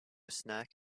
snack